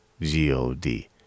G-O-D